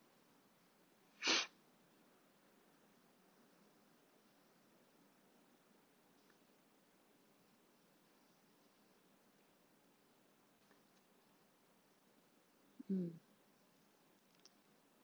mm